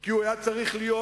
כי הוא היה צריך להיות